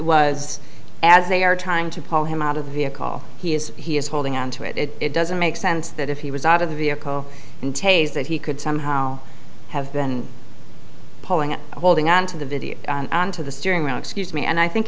was as they are trying to pull him out of the vehicle he is he is holding onto it and it doesn't make sense that if he was out of the vehicle and tase that he could somehow have been poling holding on to the video on to the steering wheel excuse me and i think